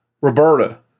Roberta